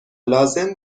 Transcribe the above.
لازم